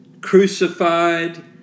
crucified